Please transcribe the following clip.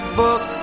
book